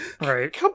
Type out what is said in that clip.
Right